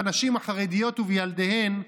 בנשים החרדיות ובילדיהן,